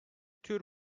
tür